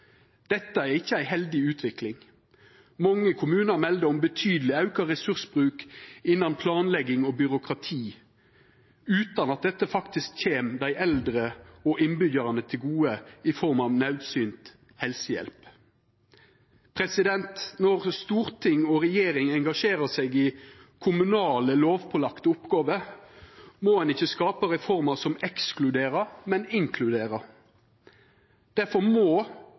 Dette er ikkje ei heldig utvikling. Mange kommunar melder om betydeleg auka ressursbruk innan planlegging og byråkrati utan at dette faktisk kjem dei eldre og innbyggjarane til gode i form av naudsynt helsehjelp. Når storting og regjering engasjerer seg i kommunale lovpålagde oppgåver, må ein skapa reformer som ikkje ekskluderer, men inkluderer. Difor må